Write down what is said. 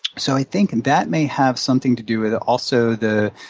so i think that may have something to do with it. also, the